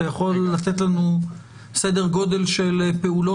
אתה יכול לתת לנו סדר גודל של פעולות